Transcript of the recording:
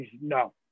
No